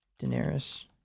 Daenerys